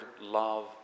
love